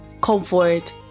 comfort